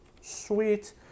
sweet